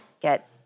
get